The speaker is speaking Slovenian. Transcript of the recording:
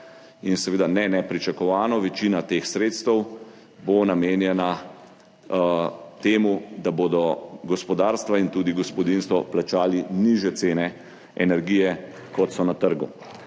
In seveda ne nepričakovano, večina teh sredstev bo namenjena temu, da bodo gospodarstva in tudi gospodinjstva plačali nižje cene energije, kot so na trgu.